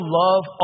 love